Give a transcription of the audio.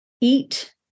eat